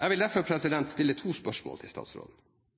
Jeg vil derfor